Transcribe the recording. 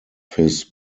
his